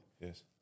Yes